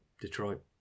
Detroit